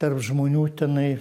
tarp žmonių tenai